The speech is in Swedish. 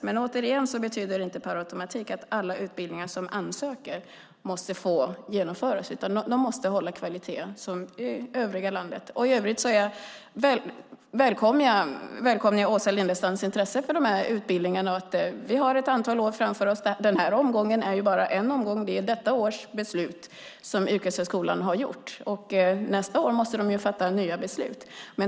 Men återigen betyder det inte per automatik att alla utbildningar som ansöker måste få genomföras. De måste hålla kvalitet som i övriga landet. Jag välkomnar Åsa Lindestams intresse för dessa utbildningar. Vi har ett antal år framför oss. Det här är bara en omgång. Det är detta års beslut som Yrkeshögskolan har fattat. Nästa år måste de fatta nya beslut.